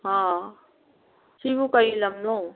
ꯑꯥ ꯁꯤꯕꯨ ꯀꯩ ꯂꯝꯅꯣ